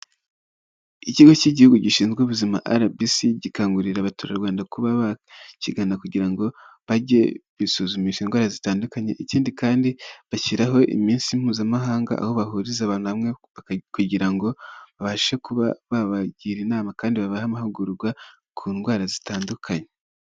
Ikigo cy'igihugu gishinzwe ubuzima RBC, gikangurira abaturarwanda kuba bakigana kugira ngo bajye bisuzumisha indwara zitandukanye. Ikindi kandi bashyiraho iminsi mpuzamahanga aho bahuriza abantu hamwe kugira ngo babashe kuba babagira inama kandi babahe amahugurwa ,ku ndwara zitandukanye.